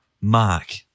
mark